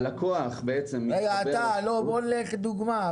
ניקח דוגמה.